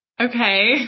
Okay